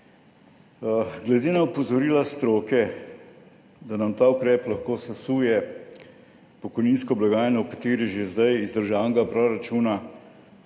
Glede na opozorila stroke, nam lahko ta ukrep sesuje pokojninsko blagajno, v kateri že zdaj iz državnega proračuna